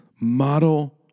Model